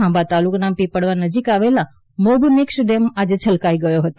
ખાંભા તાલુકાના પીપળવા નજીક આવેલો મોભનેશ ડેમના આજે છલકાઈ ગયો હતો